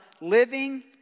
living